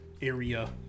area